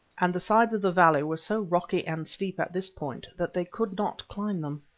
and the sides of the valley were so rocky and steep at this point that they could not climb them.